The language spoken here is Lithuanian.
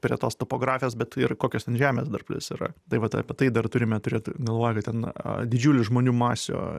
prie tos topografijos bet ir kokios ten žemės dar plius yra tai vat apie tai dar turime turėt galvoj kad ten didžiulį žmonių masių